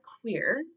queer